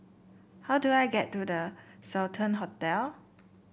how do I get to The Sultan Hotel